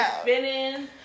spinning